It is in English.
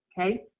okay